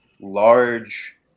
large